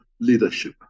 leadership